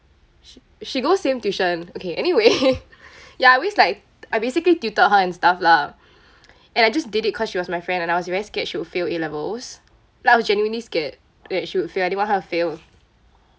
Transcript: sh~ she goes same tuition okay anyway ya I always like I basically tutored her and stuff lah and I just did it cause she was my friend and I was very scared she would fail A levels like I was genuinely scared that she would fail I didn't want her to fail